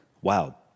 wow